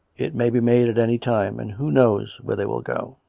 it may be made at any time, and who knows where they will go?